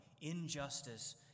injustice